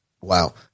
Wow